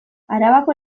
arabako